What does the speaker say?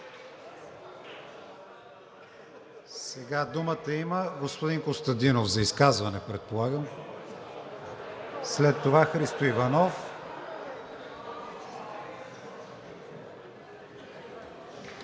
Сега думата има господин Костадинов – за изказване, предполагам. След това Христо Иванов.